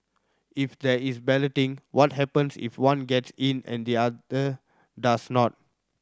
if there is balloting what happens if one gets in and the other does not